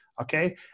Okay